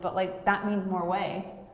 but like that means more whey.